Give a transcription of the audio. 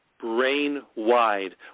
brain-wide